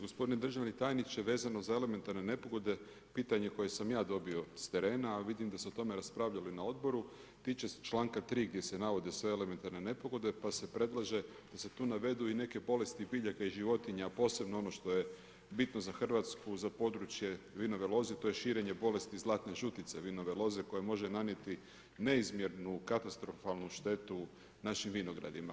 Gospodine državni tajniče vezano za elementarne nepogode pitanje koje sam ja dobio s terena, a vidim da se o tome raspravljalo i na odboru, tiče se članka 3. gdje se navode sve elementarne nepogode pa se predlaže da se tu navedu i neke bolesti biljaka i životinja, a posebno ono što je bitno za Hrvatsku, za područje Vinove loze, to je širenje bolesti Zlatne žutice Vinove loze koja može nanijeti neizmjernu katastrofalnu štetu našim vinogradima.